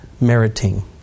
meriting